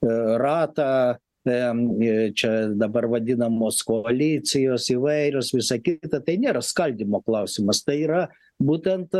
ratą em jei čia dabar vadinamos koalicijos įvairios ir sakyt kad tai nėra skaldymo klausimas tai yra būtent